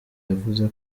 yavuze